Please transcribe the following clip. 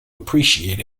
appreciate